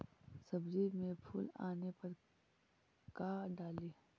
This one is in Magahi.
सब्जी मे फूल आने पर का डाली?